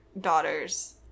daughter's